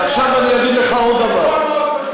ועכשיו אני אגיד לך עוד דבר: הממשלה